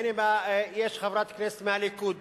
הנה, יש חברת כנסת מהליכוד